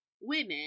women